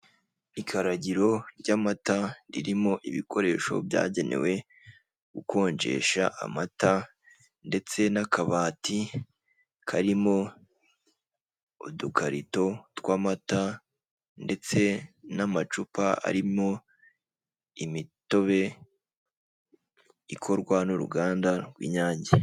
Ikaragiro ry'amata ririmo ibikoresho byagenewe gukonjesha amata, ndetse n'akabati karimo udukarito tw'amata, ndetse n'amacupa arimo imitobe ikorwa n'uruganda rw'Inyange.